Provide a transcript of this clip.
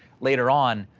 later on.